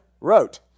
wrote